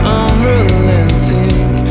unrelenting